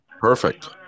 perfect